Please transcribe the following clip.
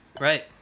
Right